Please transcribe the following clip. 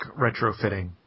retrofitting